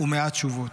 ומעט תשובות.